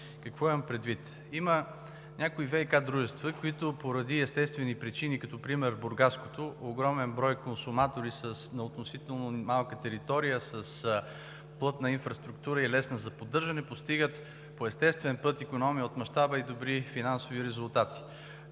Какво имам предвид? Има някои ВиК дружества, които поради естествени причини, като например Бургаското, огромен брой консуматори на относително малка територия, с плътна инфраструктура и лесна за поддържане, постигат по естествен път икономия от мащаба и добри финансови резултати.